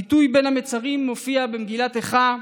הביטוי "בין המצרים" מופיע במגילת איכה,